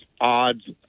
odds